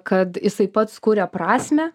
kad jisai pats kuria prasmę